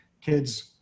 kids